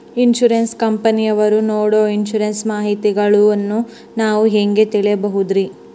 Insurance ಕಂಪನಿಯವರು ನೇಡೊ insurance ಮಾಹಿತಿಗಳನ್ನು ನಾವು ಹೆಂಗ ತಿಳಿಬಹುದ್ರಿ?